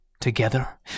Together